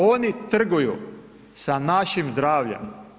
Oni trguju sa našim zdravljem.